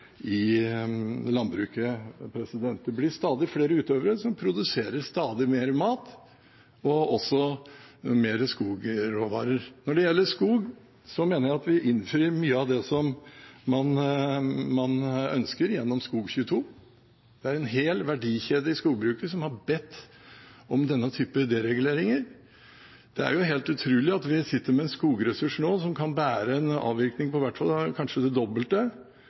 landbruket. Det blir stadig flere utøvere som produserer stadig mer mat, og også mer skogråvarer. Når det gjelder skog, mener jeg at vi innfrir mye av det man ønsker, gjennom Skog 22. Det er en hel verdikjede i skogbruket som har bedt om denne typen dereguleringer. Det er helt utrolig at vi nå sitter med en skogressurs som kan bære en avvirkning på i hvert fall kanskje det dobbelte